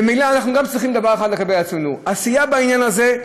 ממילא אנחנו גם צריכים דבר אחד לגבי עצמנו: עשייה בעניין הזה,